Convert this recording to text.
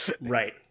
Right